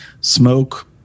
Smoke